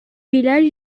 village